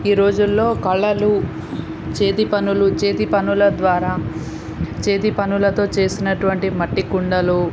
ఈ రోజుల్లో కళలు చేతిపనులు చేతిపనుల ద్వారా చేతిపనులతో చేసినటువంటి మట్టికుండలు